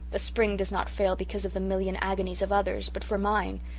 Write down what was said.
the spring does not fail because of the million agonies of others but for mine